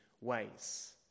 ways